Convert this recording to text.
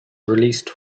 released